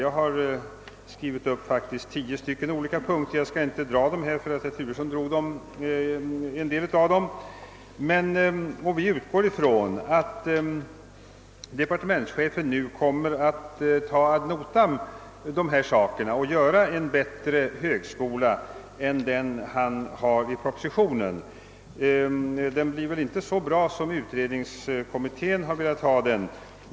Jag har faktiskt skrivit upp tio olika punkter, men jag skall inte dra dem här, eftersom herr Turesson drog en del av dem. Vi utgår från att departementschefen kommer att ta dessa anvisningar ad notam och göra en bättre högskola än den han har föreslagit i propositionen. Den blir väl inte så bra som utredningskommittén har velat ha den.